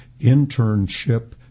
internship